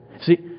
See